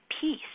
peace